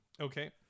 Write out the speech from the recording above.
Okay